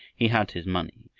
he had his money,